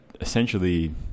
essentially